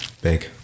Big